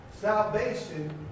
Salvation